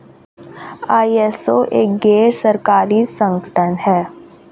ISO एक गैर सरकारी संगठन है